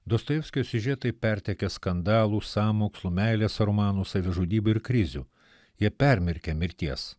dostojevskio siužetai pertekę skandalų sąmokslų meilės romanų savižudybių ir krizių jie permirkę mirties